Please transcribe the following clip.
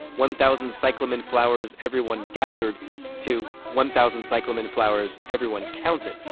one thousand cyclamen flowers every one gathered to one thousand cyclamen flowers every one counted.